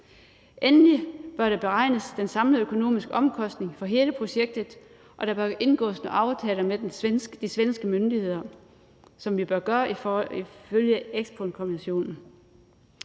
Endelig bør den samlede økonomiske omkostning for hele projektet beregnes, og der bør indgås nogle aftaler med de svenske myndigheder, som vi bør gøre ifølge Espookonventionen,